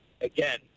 again